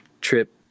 trip